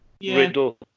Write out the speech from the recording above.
riddle